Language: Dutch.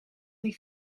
die